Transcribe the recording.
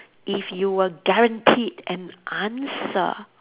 if you were guaranteed an answer